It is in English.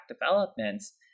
developments